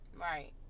Right